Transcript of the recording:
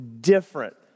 different